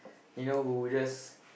you know who just